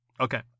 Okay